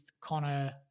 Connor